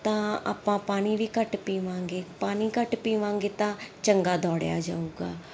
ਤਾਂ ਆਪਾਂ ਪਾਣੀ ਵੀ ਘੱਟ ਪੀਵਾਂਗੇ ਪਾਣੀ ਘੱਟ ਪੀਵਾਂਗੇ ਤਾਂ ਚੰਗਾ ਦੌੜਿਆ ਜਾਵੇਗਾ